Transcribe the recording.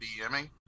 DMing